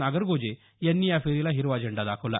नागरगोजे यांनी या फेरीला हिरवा झेंडा दाखवला